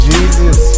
Jesus